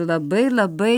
labai labai